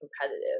competitive